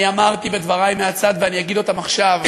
אני אמרתי בדברי מהצד ואני אגיד עכשיו: